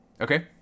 Okay